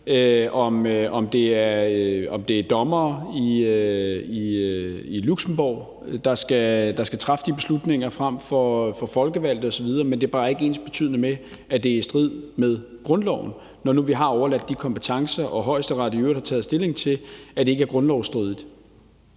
om det er dommere i Luxembourg, der skal træffe de beslutninger frem for folkevalgte osv. Men det er bare ikke ensbetydende med, at det er i strid med grundloven, når nu vi har overladt de kompetencer til EU, og Højesteret i øvrigt har taget stilling til, at det ikke er grundlovsstridigt.